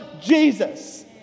Jesus